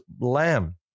lamb